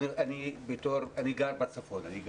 אני גר בצפון, במע'אר.